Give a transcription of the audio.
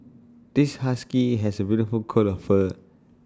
this husky has A beautiful coat of fur